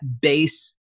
base